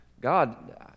God